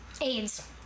AIDS